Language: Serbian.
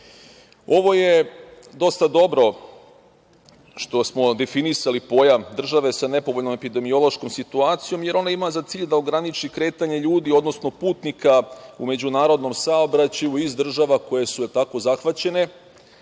Ovo je dosta dobro što smo definisali pojam države sa nepovoljnom epidemiološkom situacijom, jer ona ima za cilj da ograniči kretanje ljudi, odnosno putnika u međunarodnom saobraćaju iz država koje su zahvaćene